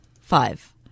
five